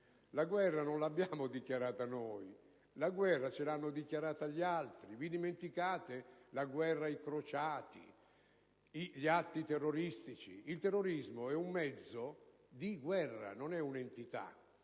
La guerra non l'abbiamo dichiarata noi, la guerra ce l'hanno dichiarata gli altri. Vi dimenticate la «guerra ai Crociati», gli atti terroristici? Il terrorismo è un mezzo di guerra, non è un'entità: